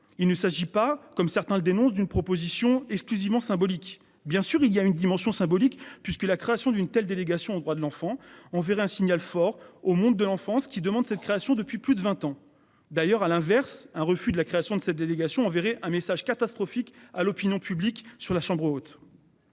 Il ne s'agit pas, comme certains le dénoncent d'une proposition et exclusivement symbolique bien sûr, il y a une dimension symbolique puisque la création d'une telle délégation aux droits de l'enfant enverrait un signal fort au monde de l'enfance qui demande cette création depuis plus de 20 ans d'ailleurs à l'inverse, un refus de la création de cette délégation enverrait un message catastrophique à l'opinion publique sur la chambre haute.